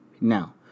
now